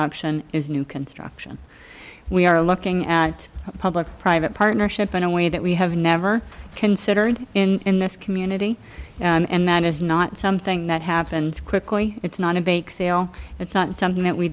option is new construction we are looking at public private partnership in a way that we have never considered in this community and that is not something that happens quickly it's not a bake sale it's not something